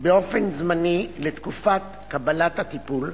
באופן זמני, לתקופת קבלת הטיפול,